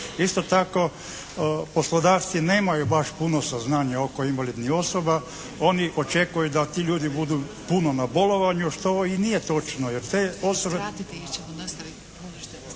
Isto tako poslodavci nemaju baš puno saznanja oko invalidnih osoba. Oni očekuju da ti ljudi budu puno na bolovanju što i nije točno jer te …